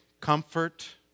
comfort